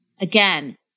again